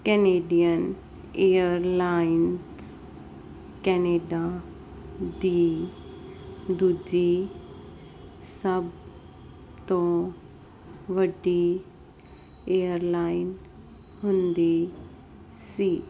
Canadian airlines Canada ਦੀ ਦੂਜੀ ਸਭ ਤੋਂ ਵੱਡੀ ਏਅਰਲਾਈਨ ਹੁੰਦੀ ਸੀ